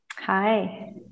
Hi